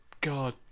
god